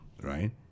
Right